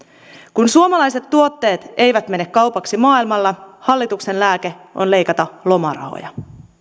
kun suomalaiset tuotteet eivät mene kaupaksi maailmalla hallituksen lääke on leikata lomarahoja